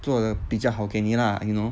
做的比较好给你 lah you know